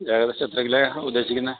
ഏകദേശം എത്ര കിലോയാണ് ഉദ്ദേശിക്കുന്നത്